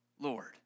Lord